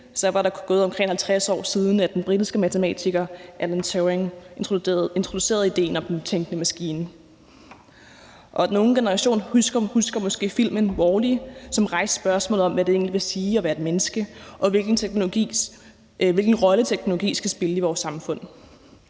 var der gået omkring 50 år, siden den britiske matematiker Alan Turing introducerede idéen om den tænkende maskine. Og den unge generation husker måske filmen »Wall-E«, som rejste spørgsmålet om, hvad det egentlig vil sige at være et menneske, og hvilken rolle teknologien skal spille i vores samfund.